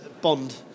Bond